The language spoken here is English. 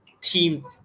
team